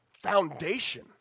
Foundation